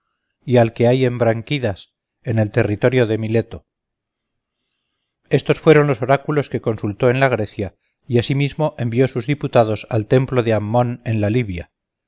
y al que hay en branchidas en el territorio de mileto todos éstos en grecia y asimismo envió una embajada al templo de ammon en libia